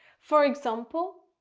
for example,